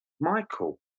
Michael